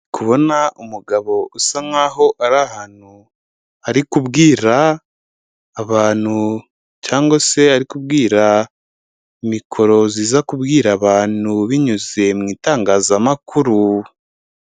Kubona umugabo usa nkaho ari ahantu ari kubwira abantu, cyangwa se ari kubwira mikoro iza kubwira abantu binyuze mu itangazamakuru.